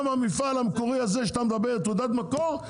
גם המפעל המקורי הזה שיש לו תעודת מקור,